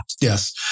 Yes